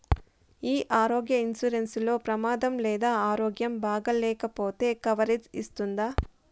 ఈ ఆరోగ్య ఇన్సూరెన్సు లో ప్రమాదం లేదా ఆరోగ్యం బాగాలేకపొతే కవరేజ్ ఇస్తుందా?